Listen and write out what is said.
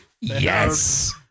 Yes